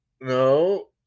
No